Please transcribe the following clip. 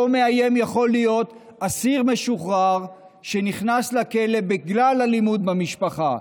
אותו מאיים יכול להיות אסיר משוחרר שנכנס לכלא בגלל אלימות במשפחה.